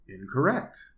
Incorrect